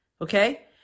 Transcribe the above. okay